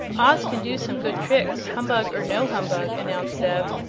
oz can do some good tricks, humbug or no humbug, announced zeb,